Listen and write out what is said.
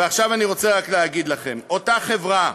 ועכשיו אני רוצה רק להגיד לכם, אותה חברה,